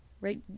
Right